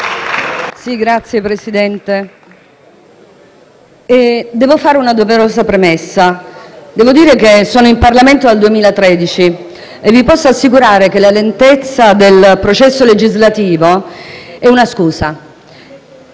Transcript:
Signor Presidente, devo fare una doverosa premessa. Io sono in Parlamento dal 2013 e vi posso assicurare che la lentezza del processo legislativo è una scusa: